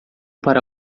para